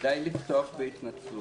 כדאי לפתוח בהתנצלות.